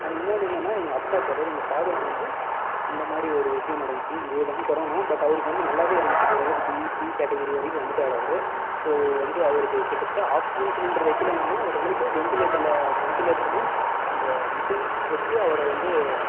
and இன்னோன்று என்னென்னால் எங்கள் அப்பாவுக்கு அதாவது எங்கள் ஃபாதர்க்கு வந்து இந்த மாதிரி ஒரு விஷயம் நடந்துச்சு இதேதான் கொரோனா பட் அவருக்கு வந்து நல்லாவே இருந்திச்சு ஓரளவுக்கு பி சி கேட்டகிரி வரைக்கும் வந்துட்டார் அவர் ஸோ வந்து அவருக்கு கிட்டத்தட்ட ஆக்சிஜன் சிலிண்டர் வெக்கலைன்னாலும் ஓரளவுக்கு வெண்டிலேட்டரில் வெண்டிலேட்டர் மீன்ஸ் அந்த மிஷின் வெச்சு அவரை வந்து